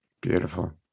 Beautiful